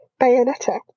Bayonetta